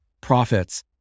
profits